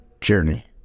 journey